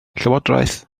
llywodraeth